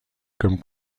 comme